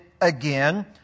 again